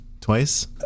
Twice